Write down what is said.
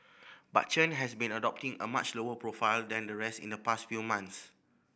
but Chen has been adopting a much lower profile than the rest in the past few months